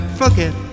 forget